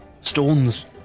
stones